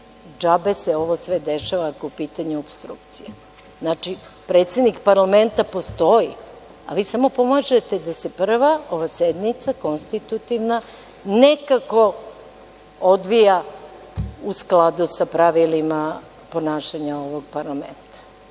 džabe se sve ovo dešava po pitanju opstrukcije. Znači, predsednik parlamenta postoji, a vi samo pomažete da se prva ova sednica konstitutivna nekako odvija u skladu sa pravilima ponašanja ovog parlamenta.